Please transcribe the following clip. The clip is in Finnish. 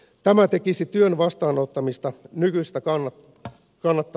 tämä tekisi työn vastaanottamisesta nykyistä kannattavampaa